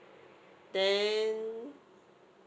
then